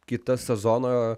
kitą sezoną